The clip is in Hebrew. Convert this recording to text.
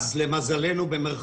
"למזלנו"